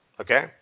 Okay